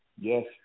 Yes